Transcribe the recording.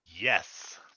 Yes